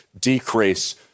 decrease